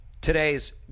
today's